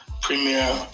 Premier